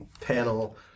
panel